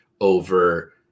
over